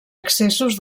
excessos